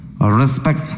Respect